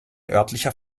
örtlicher